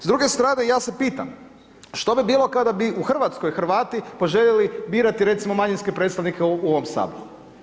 S druge strane ja se pitam, što bi bilo kada bi u Hrvatskoj Hrvati poželjeli birati recimo manjinske predstavnike u ovom Saboru?